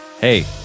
hey